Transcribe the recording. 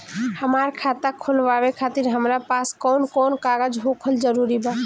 हमार खाता खोलवावे खातिर हमरा पास कऊन कऊन कागज होखल जरूरी बा?